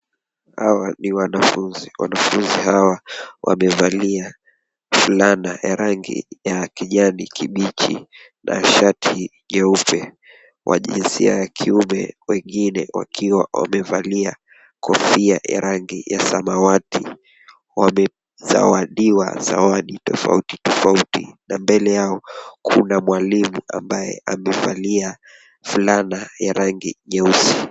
Hawa ni wanafunzi, wanafunzi hawa wamevalia fulana ya rangi ya kijani kibichi na shati jeupe, kwa jinsia ya kiume wengine wakiwa wamevalia kofia ya rangi ya samawati, wamezawadiwa zawadi tofauti tofauti na mbele yao kuna mwalimu ambaye amevalia fulana ya rangi nyeusi.